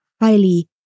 highly